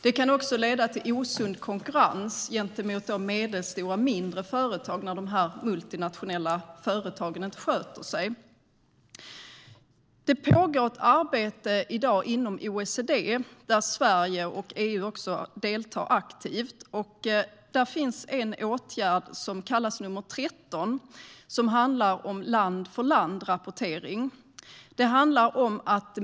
Det kan också leda till osund konkurrens gentemot medelstora och mindre företag när de multinationella företagen inte sköter sig. Det pågår ett arbete i dag inom OECD där Sverige och EU deltar aktivt. Där finns en åtgärd som kallas nr 13 och som handlar om land-för-land-rapportering.